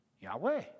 Yahweh